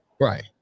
Right